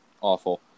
awful